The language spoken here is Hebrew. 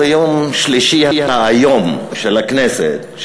זה יום שלישי האיום של הכנסת,